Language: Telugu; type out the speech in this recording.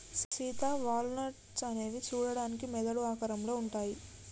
సీత వాల్ నట్స్ అనేవి సూడడానికి మెదడు ఆకారంలో ఉంటాయి